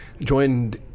joined